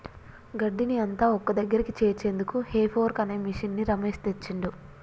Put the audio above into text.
గడ్డిని అంత ఒక్కదగ్గరికి చేర్చేందుకు హే ఫోర్క్ అనే మిషిన్ని రమేష్ తెచ్చిండు